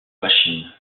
machine